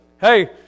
Hey